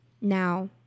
Now